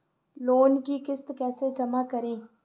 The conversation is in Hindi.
लोन की किश्त कैसे जमा करें?